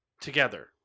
together